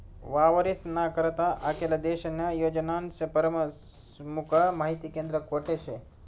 वावरेस्ना करता आखेल देशन्या योजनास्नं परमुख माहिती केंद्र कोठे शे?